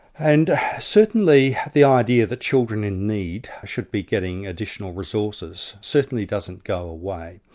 and certainly the idea that children in need should be getting additional resources, certainly doesn't go away.